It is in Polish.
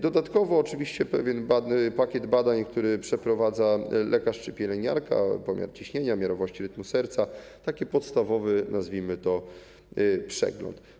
Dodatkowo oczywiście pakiet badań, który przeprowadza lekarz czy pielęgniarka: pomiar ciśnienia, miarowość rytmu serca, taki podstawowy - nazwijmy to - przegląd.